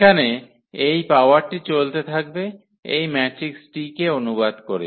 এখানে এই পাওয়ারটি চলতে থাকবে এই ম্যাট্রিক্স T কে অনুবাদ করে